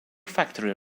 factory